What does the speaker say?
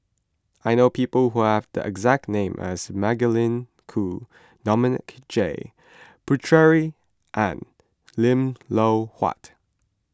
I know people who have the exact name as Magdalene Khoo Dominic J Puthucheary and Lim Loh Huat